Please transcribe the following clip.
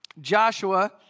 Joshua